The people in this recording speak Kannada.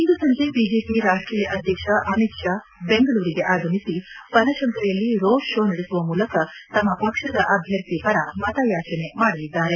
ಇಂದು ಸಂಜೆ ಬಿಜೆಪಿ ರಾಷ್ಟೀಯ ಅಧ್ಯಕ್ಷ ಅಮಿತ್ ಷಾ ಬೆಂಗಳೂರಿಗೆ ಆಗಮಿಸಿ ಬನಶಂಕರಿಯಲ್ಲಿ ರೋಡ್ ಶೋ ನಡೆಸುವ ಮೂಲಕ ತಮ್ಮ ಪಕ್ಷದ ಅಭ್ಯರ್ಥಿ ಪರ ಮತಯಾಚನೆ ಮಾಡಲಿದ್ದಾರೆ